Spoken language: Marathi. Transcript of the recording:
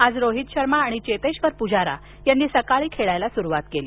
आज रोहित शर्मा आणि चेतेश्वर पुजारा यांनी सकाळी खेळायला सुरुवात केली